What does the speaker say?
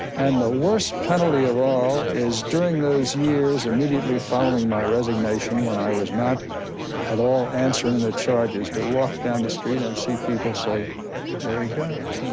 and the worst penalty of all is during those years immediately following my resignation when i was not at all answering the charges, to walk down the street and see people say there he goes. yeah